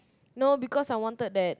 no because I wanted that